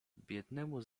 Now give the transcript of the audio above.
biednemu